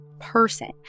person